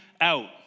out